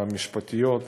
משפטיות,